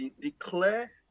declare